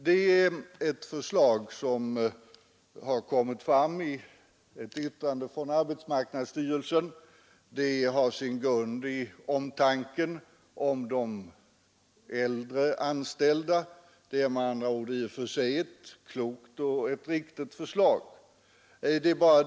Det är ett förslag som har kommit fram i ett yttrande från arbetsmarknadsstyrelsen och som har sin grund i omtanken om de äldre anställda. Det är med andra ord i och för sig ett klokt och riktigt förslag.